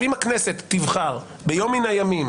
אם הכנסת תבחר ביום מן הימים,